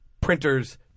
printers